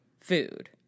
food